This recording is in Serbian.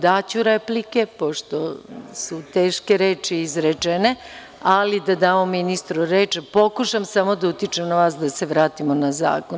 Daću replike, pošto su teške reči izrečene, ali da damo ministru reč, i pokušam samo da utičem na Vas da se vratimo na zakon.